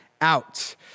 out